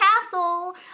Castle